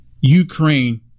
Ukraine